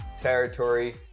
Territory